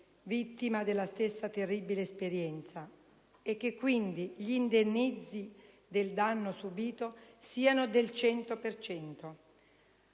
vittime della stessa terribile esperienza, e che quindi gli indennizzi del danno subito siano del 100